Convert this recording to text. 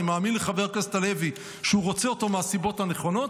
אני מאמין לחבר הכנסת הלוי שהוא רוצה אותו מהסיבות הנכונות,